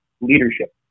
leadership